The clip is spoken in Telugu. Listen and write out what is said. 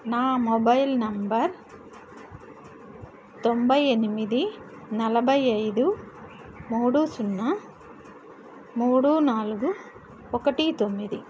నా మొబైల్ నెంబర్ తొంభై ఎనిమిది నలభై ఐదు మూడు సున్నా మూడు నాలుగు ఒకటి తొమ్మిది